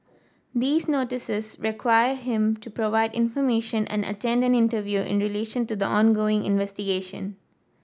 these Notices require him to provide information and attend an interview in relation to the ongoing investigation